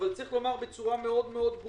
צריך לומר בצורה ברורה מאוד: